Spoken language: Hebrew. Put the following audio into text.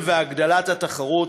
והגדלת התחרות.